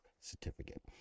certificate